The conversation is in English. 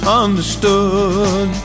understood